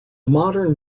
modern